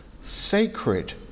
sacred